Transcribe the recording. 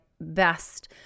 best